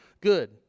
good